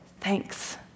thanks